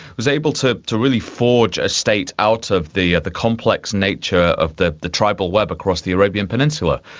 was able to to really forge a state out of the the complex nature of the the tribal web across the arabian peninsula.